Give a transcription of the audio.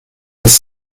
its